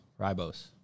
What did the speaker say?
Ribose